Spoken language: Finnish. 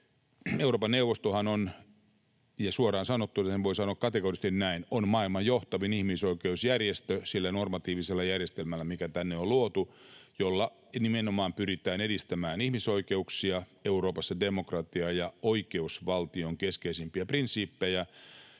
Euroopan neuvostohan on — suoraan sanottuna sen voi sanoa kategorisesti näin — maailman johtavin ihmisoikeusjärjestö sillä normatiivisella järjestelmällä, mikä tänne on luotu, jolla nimenomaan pyritään edistämään ihmisoikeuksia Euroopassa, demokratiaa ja oikeusvaltion keskeisimpiä prinsiippejä.